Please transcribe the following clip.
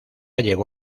llegó